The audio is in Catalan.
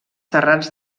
terrats